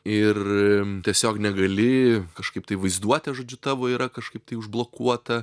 ir tiesiog negali kažkaip tai vaizduotė žodžiu tavo yra kažkaip tai užblokuota